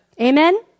Amen